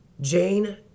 Jane